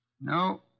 No